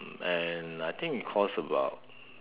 and I think it cost about